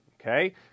okay